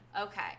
Okay